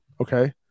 Okay